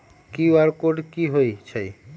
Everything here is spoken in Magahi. कियु.आर कोड कि हई छई?